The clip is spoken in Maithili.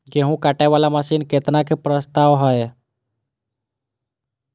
गेहूँ काटे वाला मशीन केतना के प्रस्ताव हय?